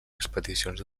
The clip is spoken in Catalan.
expedicions